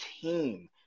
team